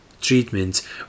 Treatment